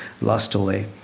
lustily